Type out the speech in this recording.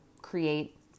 create